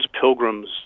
pilgrims